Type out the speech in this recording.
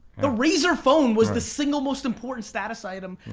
the razor phone was the single most important status item,